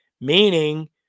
Meaning